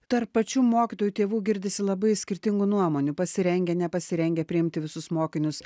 tarp pačių mokytojų tėvų girdisi labai skirtingų nuomonių pasirengę nepasirengę priimti visus mokinius